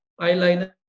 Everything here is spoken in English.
eyeliner